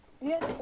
yes